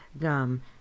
Gum